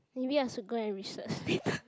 maybe I should go and research later